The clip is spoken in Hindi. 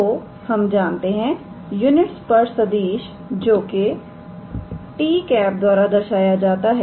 तो हम जानते हैं यूनिट स्पर्श सदिश जोके 𝑡̂ द्वारा दर्शाया जाता है